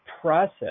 process